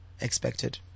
expected